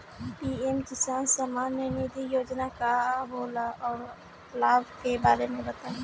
PM Kisan Samman Nidhi योजना का होला औरो लाभ के बारे में बताई?